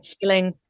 feeling